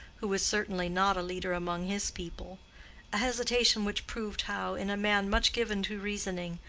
who was certainly not a leader among his people a hesitation which proved how, in a man much given to reasoning,